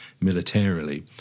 militarily